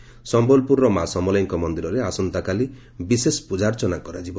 ସମ୍ୟଲପୁରର ମା ସମଲେଇଙ୍କ ମନିରରେ ଆସନ୍ତାକାଲି ବିଶେଷ ପୂଜାର୍ଚ୍ଚନା କରାଯିବ